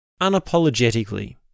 unapologetically